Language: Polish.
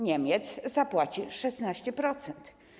Niemiec zapłaci 16%.